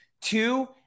Two